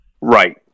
Right